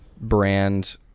brand